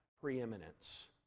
preeminence